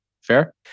fair